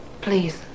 Please